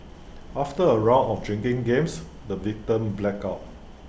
after A round of drinking games the victim blacked out